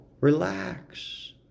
Relax